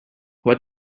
what